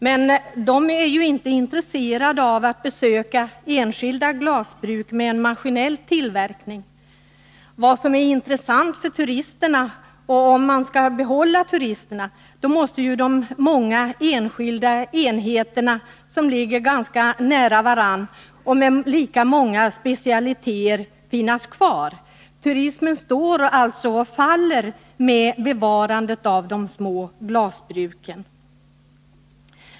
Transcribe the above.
Men turister är inte intresserade av att besöka enskilda glasbruk med en maskinell tillverkning. Om man skall få behålla turisterna måste de många enskilda enheterna, som ligger ganska nära varandra och där var och en har sina specialiteter, finnas kvar. Turismen står och faller med bevarandet av de små glasbruken.